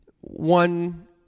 One